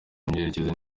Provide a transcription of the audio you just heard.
mikoreshereze